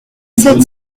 sept